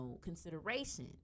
consideration